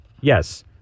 Yes